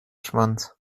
schwanz